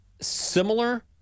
similar